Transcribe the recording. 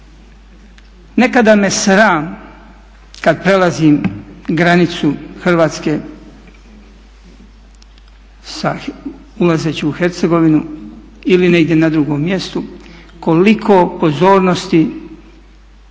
Nekada me sram kad prelazim granicu Hrvatske, ulazeći u Hercegovinu ili negdje na drugom mjestu koliko pozornosti